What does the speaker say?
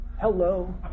Hello